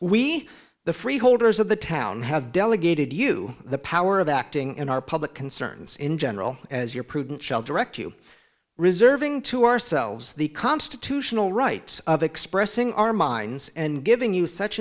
we the freeholders of the town have delegated you the power of acting in our public concerns in general as your prudent shall direct you reserving to ourselves the constitutional rights of expressing our minds and giving you such